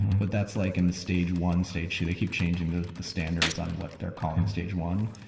but that's like in the stage one, stage two they keep changing the, the standards on what they're calling stage one.